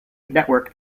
network